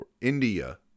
India